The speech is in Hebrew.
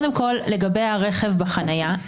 לגבי הרכב בחניה,